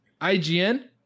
IGN